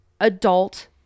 adult